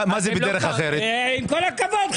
מה הקשר לשנאה?